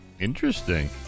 Interesting